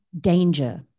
danger